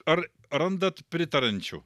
ar randat pritariančių